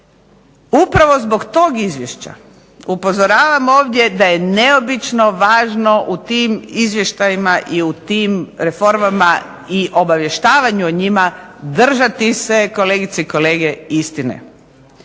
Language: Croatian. Upravo zbog tog izvješća upozoravam ovdje da je neobično važno u tim izvještajima i reformama i obavještavanju o njima, držati se kolegice i kolege istine.